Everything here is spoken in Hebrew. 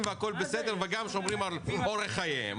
והכול בסדר וגם שומרים על אורך חייהם.